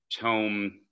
tome